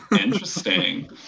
Interesting